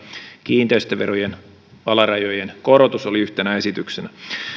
kiinteistöverojen alarajojen korotus oli yhtenä esityksenä